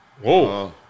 Whoa